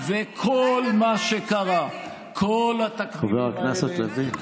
וכל מה שקרה, כל התקדימים האלה, חבר הכנסת לוין.